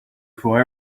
for